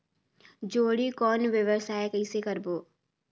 जोणी कौन व्यवसाय कइसे करबो?